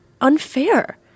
unfair